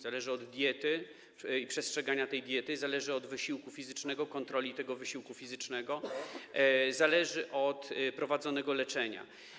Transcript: Zależy od diety i przestrzegania tej diety, zależy od wysiłku fizycznego, kontroli tego wysiłku fizycznego, zależy od prowadzonego leczenia.